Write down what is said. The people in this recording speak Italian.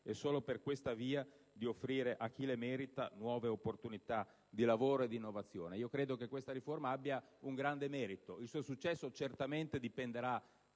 e, solo per questa via, di offrire a chi le merita nuove opportunità di lavoro e di innovazione. Questa riforma ha un grande merito. Il suo successo, certamente, dipenderà